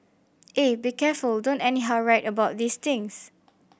eh be careful don't anyhow write about these things